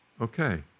okay